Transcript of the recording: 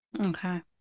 okay